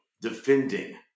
defending